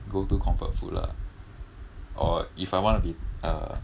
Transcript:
go to comfort food lah or if I want to be uh